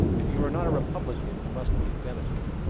if you're not a republican, you must be a democrat.